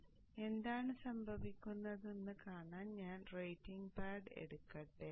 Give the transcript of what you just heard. അതിനാൽ എന്താണ് സംഭവിക്കുന്നതെന്ന് കാണാൻ ഞാൻ റൈറ്റിംഗ് പാഡ് എടുക്കട്ടെ